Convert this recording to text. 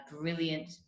brilliant